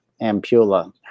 ampulla